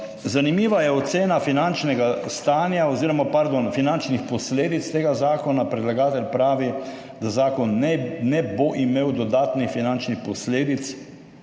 Zanimiva je ocena finančnega stanja oziroma, pardon, finančnih posledic tega zakona. Predlagatelj pravi, da zakon ne bo imel dodatnih finančnih posledic